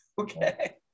Okay